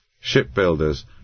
shipbuilders